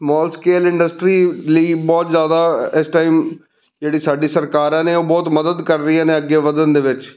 mall scale industry ਲਈ ਬਹੁਤ ਜ਼ਿਆਦਾ ਇਸ ਟਾਈਮ ਜਿਹੜੀ ਸਾਡੀ ਸਰਕਾਰਾਂ ਨੇ ਉਹ ਬਹੁਤ ਮਦਦ ਕਰ ਰਹੀਆਂ ਨੇ ਅੱਗੇ ਵਧਣ ਦੇ ਵਿੱਚ